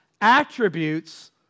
attributes